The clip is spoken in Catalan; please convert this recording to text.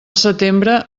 setembre